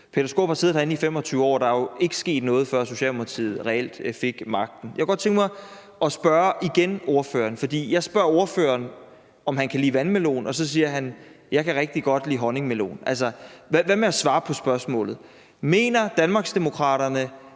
Peter Skaarup har siddet herinde i 25 år, og der er jo ikke sket noget, før Socialdemokratiet reelt fik magten. Jeg kunne godt tænke mig at spørge ordføreren igen, for jeg spørger ordføreren, om han kan lide vandmelon, og så siger han, at han rigtig godt kan lide honningmelon. Altså, hvad med at svare på spørgsmålet? Mener Danmarksdemokraterne,